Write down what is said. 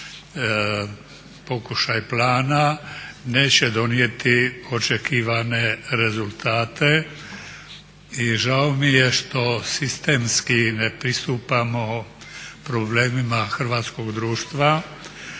pokušaj plana neće donijeti očekivane rezultate. I žao mi je što sistemski ne pristupamo problemima hrvatskog društva,